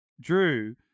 Drew